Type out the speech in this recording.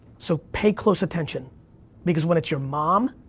so, pay close attention because when it's your mom,